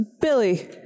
Billy